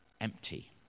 empty